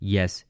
Yes